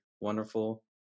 wonderful